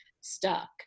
stuck